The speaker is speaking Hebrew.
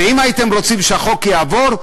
שאם הייתם רוצים שהחוק יעבור,